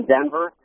Denver